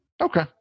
Okay